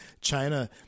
China